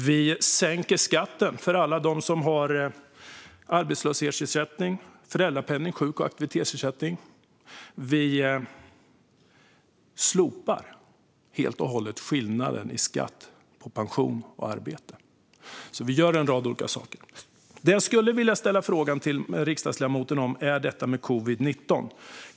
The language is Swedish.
Vi sänker skatten för alla dem som har arbetslöshetsersättning, föräldrapenning och sjuk och aktivitetsersättning. Vi slopar skillnaden i skatt mellan pension och arbete helt och hållet. Vi gör alltså en rad olika saker. Det jag vill ställa en fråga om till riksdagsledamoten gäller covid-19.